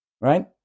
Right